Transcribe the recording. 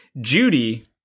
Judy